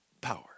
power